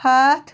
ہتھ